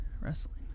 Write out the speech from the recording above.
wrestling